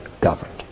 governed